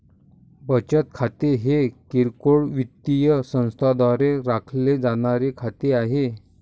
बचत खाते हे किरकोळ वित्तीय संस्थांद्वारे राखले जाणारे खाते आहे